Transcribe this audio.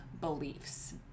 beliefs